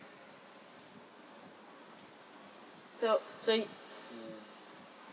so so you